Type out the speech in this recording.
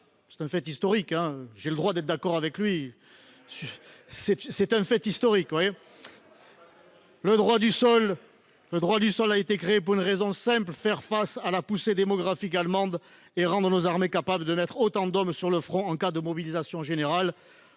C’est un fait historique ! J’ai le droit d’être d’accord avec lui ! À l’origine, disais je, le droit du sol a été créé pour une raison simple : faire face à la poussée démographique allemande et rendre nos armées capables de mettre autant d’hommes que possible sur le front en cas de mobilisation générale.